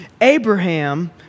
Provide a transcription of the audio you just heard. Abraham